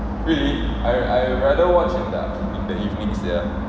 really I I rather watch in the in the evening sia